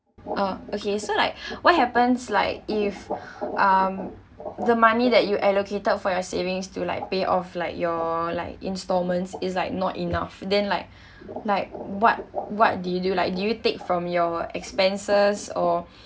uh okay so like what happens like if um the money that you allocated for your savings to like pay off like your like instalments is like not enough then like like what what do you do like do you take from your expenses or